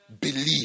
believe